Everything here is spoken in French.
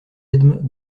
edme